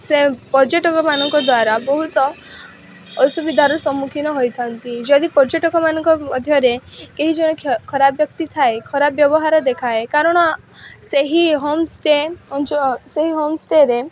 ସେ ପର୍ଯ୍ୟଟକମାନଙ୍କ ଦ୍ୱାରା ବହୁତ ଅସୁବିଧାର ସମ୍ମୁଖୀନ ହୋଇଥାନ୍ତି ଯଦି ପର୍ଯ୍ୟଟକମାନଙ୍କ ମଧ୍ୟରେ କେହି ଜଣେ ଖରାପ ବ୍ୟକ୍ତି ଥାଏ ଖରାପ ବ୍ୟବହାର ଦେଖାଏ କାରଣ ସେହି ହୋମ୍ ଷ୍ଟେ ସେହି ହୋମ୍ ଷ୍ଟେ'ରେ